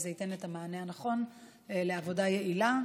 וזה ייתן את המענה הנכון לעבודה יעילה.